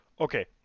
Okay